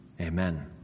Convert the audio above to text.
Amen